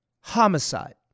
homicide